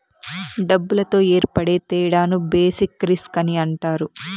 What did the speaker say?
డబ్బులతో ఏర్పడే తేడాను బేసిక్ రిస్క్ అని అంటారు